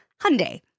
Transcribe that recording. Hyundai